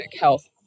health